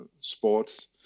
sports